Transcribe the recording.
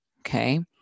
Okay